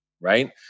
Right